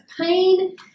pain